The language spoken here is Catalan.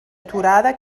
aturada